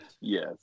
Yes